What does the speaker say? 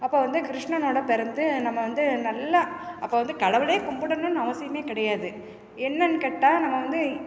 அப்போது வந்து கிருஷ்ணனோடு பிறந்து நம்ம வந்து நல்லா அப்போது வந்து கடவுளை கும்பிடுணுன்னு அவசியமே கிடையாது என்னென்னு கேட்டால் நம்ம வந்து